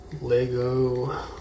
Lego